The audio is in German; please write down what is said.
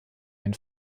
den